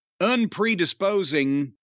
unpredisposing